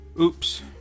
oops